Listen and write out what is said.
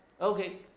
Okay